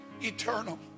eternal